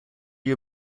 you